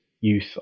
youth